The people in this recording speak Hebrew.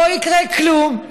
לא יקרה כלום,